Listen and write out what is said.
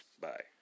bye